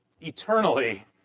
eternally